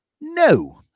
no